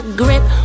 grip